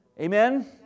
Amen